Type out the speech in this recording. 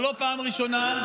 זו לא פעם ראשונה,